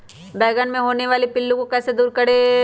बैंगन मे होने वाले पिल्लू को कैसे दूर करें?